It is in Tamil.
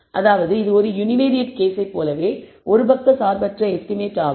அதாவது இது ஒரு யுனிவேரியேட் கேஸை போலவே ஒரு பக்கச்சார்பற்ற எஸ்டிமேட் ஆகும்